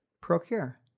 Procure